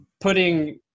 putting